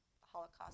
Holocaust